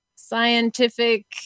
scientific